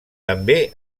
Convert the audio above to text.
també